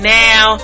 now